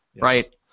right